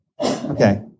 Okay